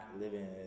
living